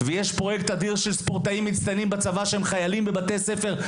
ויש פרויקט אדיר של ספורטאים מצטיינים בצבא שהם חיילים בבתי-ספר,